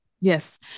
yes